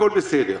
הכול בסדר.